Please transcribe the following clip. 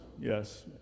yes